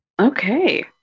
Okay